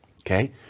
okay